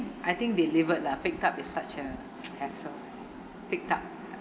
I think delivered lah picked up is such a hassle picked up picked up